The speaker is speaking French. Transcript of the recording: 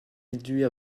réduits